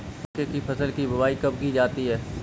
मक्के की फसल की बुआई कब की जाती है?